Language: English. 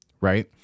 right